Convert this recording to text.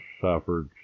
suffered